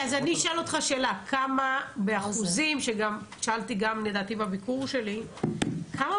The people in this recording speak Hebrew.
אשאל אותך שאלה ששאלתי גם בביקור שלי: כמה